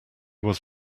was